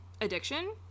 addiction